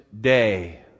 day